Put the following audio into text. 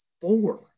four